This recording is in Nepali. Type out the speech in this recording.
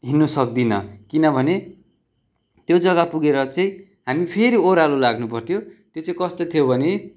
हिँड्नु सक्दिनँ किनभने त्यो जग्गा पुगेर चाहिँ हामी फेरि ओह्रालो लाग्नु पर्थ्यो त्यो चाहिँ कस्तो थियो भने